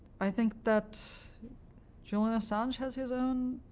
i think that julian assange has his own